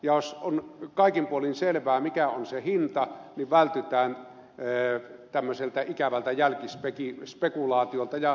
jos on kaikin puolin selvää mikä on se hinta niin vältytään tämmöiseltä ikävältä jälkispekulaatiolta ja suoranaisilta virhearvioilta